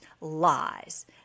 lies